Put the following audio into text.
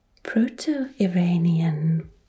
Proto-Iranian